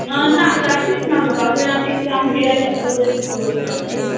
ना चार्जीस ना तुका तुवें आतां इतलें आमकां गिरायत घातलां तुका डिलीवरी तुका फ्री